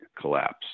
collapse